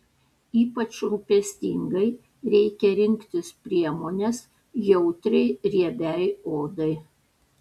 ypač rūpestingai reikia rinktis priemones jautriai riebiai odai